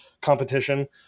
competition